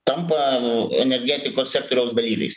tampa energetikos sektoriaus dalyviais